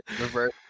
Reverse